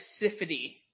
specificity